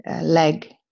leg